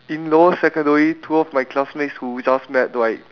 in lower secondary two of my classmates who just met right